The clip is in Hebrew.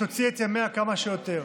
שתוציא את ימיה כמה שיותר.